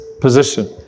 position